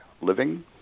living